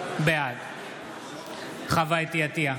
בעד חוה אתי עטייה,